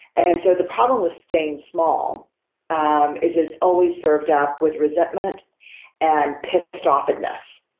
and so the problem with staying small um is it's always served up with resentment and pissed ah offedness,